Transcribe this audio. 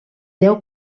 deu